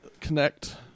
connect